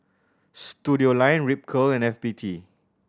Studioline Ripcurl and F B T